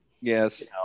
Yes